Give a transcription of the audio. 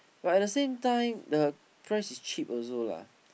but at the same time the price is cheap also lah